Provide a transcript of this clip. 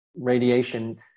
radiation